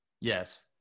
Yes